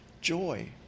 joy